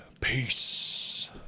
Peace